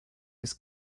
his